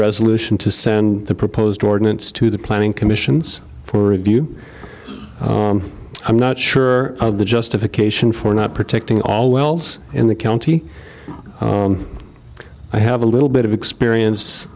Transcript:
resolution to send the proposed ordinance to the planning commissions for review i'm not sure of the justification for not protecting all wells in the county i have a little bit of experience